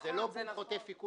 זה לא: בום, חוטף עיקול.